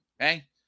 Okay